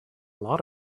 lot